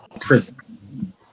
prison